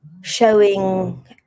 showing